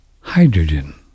hydrogen